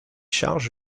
charge